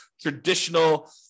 traditional